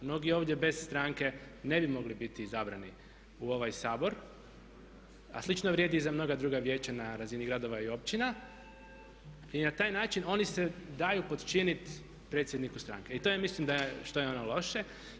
Mnogi ovdje bez stranke ne bi mogli biti izabrani u ovaj Sabor a slično vrijedi i za mnoga druga vijeća na razini gradova i općina i na taj način oni se daju podčinit predsjedniku stranke i to mislim da je ono što je loše.